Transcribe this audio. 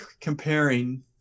comparing